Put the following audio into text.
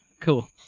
Cool